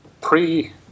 pre